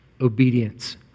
obedience